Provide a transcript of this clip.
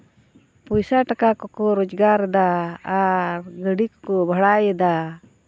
ᱯᱚᱭᱥᱟ ᱴᱟᱠᱟ ᱠᱚᱠᱚ ᱨᱚᱡᱽᱜᱟᱨᱫᱟ ᱟᱨ ᱜᱟᱹᱰᱤ ᱠᱚᱠᱚ ᱵᱷᱟᱲᱟᱭᱮᱫᱟ